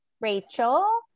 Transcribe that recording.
Rachel